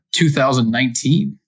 2019